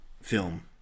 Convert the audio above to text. film